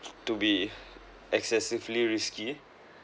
to be excessively risky